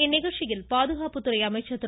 இந்நிகழ்ச்சியில் பாதுகாப்பு துறை அமைச்சர் திரு